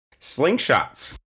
Slingshots